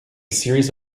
series